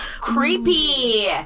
Creepy